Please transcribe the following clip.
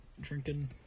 drinking